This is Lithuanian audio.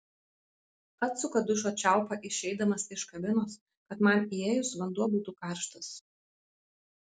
atsuka dušo čiaupą išeidamas iš kabinos kad man įėjus vanduo būtų karštas